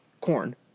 corn